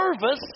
service